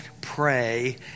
pray